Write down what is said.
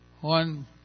one